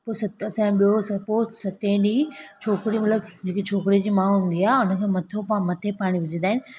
पोइ सत से ॿियो सपोस सतें ॾींहं छोकिरी मतलबु जेकी छोकिरे जी माउ हूंदी आहे हुनखे मथो खां मथे पाणी विझंदा आहिनि